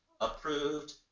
approved